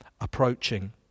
approaching